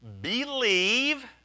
Believe